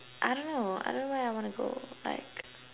I don't know I don't know where I wanna go like